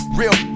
real